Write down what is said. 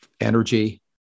energy